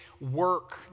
work